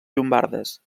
llombardes